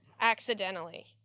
Accidentally